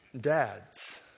Dads